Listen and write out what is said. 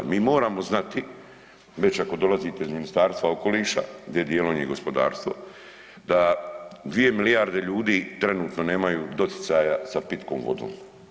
Mi moramo znati već ako dolazite iz Ministarstva okoliša gdje djelom je i gospodarstvo da dvije milijarde ljudi trenutno nemaju doticaja sa pitkom vode.